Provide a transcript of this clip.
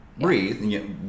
breathe